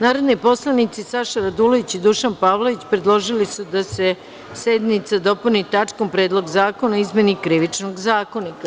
Narodni poslanici Saša Radulović i Dušan Pavlović predložili su da se dnevni red sednice dopuni tačkom – Predlog zakona o izmeni Krivičnog zakonika.